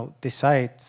decide